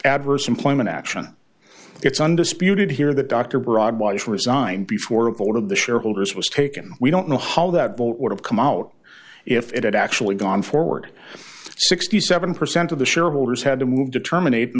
adverse employment action it's undisputed here that dr broad was resigned before a vote of the shareholders was taken we don't know how that vote would have come out if it had actually gone forward sixty seven percent of the shareholders had to move to terminate in